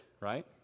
Right